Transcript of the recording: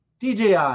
DJI